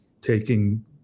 taking